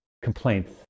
Complaints